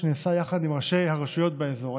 שנעשה יחד עם ראשי הרשויות באזור.